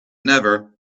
never